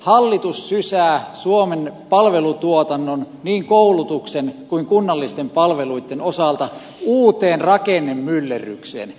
hallitus sysää suomen palvelutuotannon niin koulutuksen kuin kunnallisten palveluitten osalta uuteen rakennemyllerrykseen